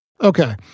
Okay